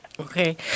Okay